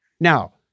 Now